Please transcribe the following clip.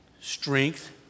strength